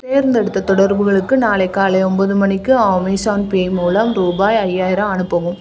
தேர்ந்தெடுத்த தொடர்புகளுக்கு நாளை காலை ஒம்பது மணிக்கு அமேஸான் பே மூலம் ரூபாய் ஐயாயிரம் அனுப்பவும்